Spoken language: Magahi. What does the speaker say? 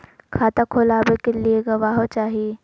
खाता खोलाबे के लिए गवाहों चाही?